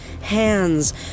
hands